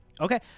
Okay